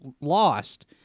lost